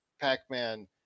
Pac-Man